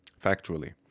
factually